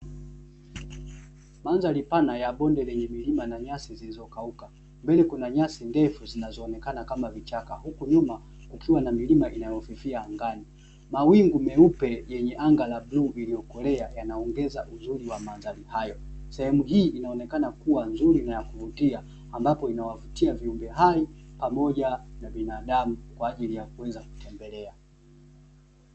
Mandhari pana ya bonde lenye milima na nyasi zilizokauka, mbele kuna nyasi ndefu zinazoonekana kama vichaka, huku nyuma kukiwa na milima inayofifia angani, mawingu meupe yenye anga la bluu iliyokolea yanaongeza uzuri wa mandhari hayo, sehemu hii inaonekana kuwa nzuri na ya kuvutia ambapo inawavutia viumbe hai pamoja na binadamu kwa ajili ya kuweza kutembelea.